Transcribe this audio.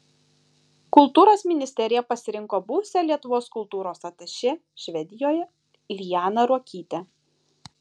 kultūros ministerija pasirinko buvusią lietuvos kultūros atašė švedijoje lianą ruokytę